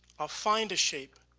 i'll find a shape,